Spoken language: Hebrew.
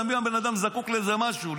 ואתה מבין שהבן אדם זקוק לאיזה משהו,